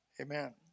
amen